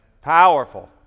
Powerful